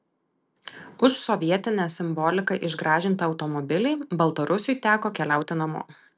už sovietine simbolika išgražintą automobilį baltarusiui teko keliauti namo